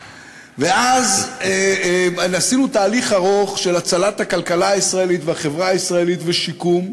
ואז עשינו תהליך ארוך של הצלת הכלכלה הישראלית והחברה הישראלית ושיקום,